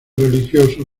religioso